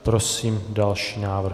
Prosím další návrh.